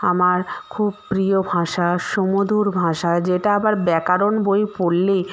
আমার খুব প্রিয় ভাষা সুমধুর ভাষা যেটা আবার ব্যাকারণ বই পড়লে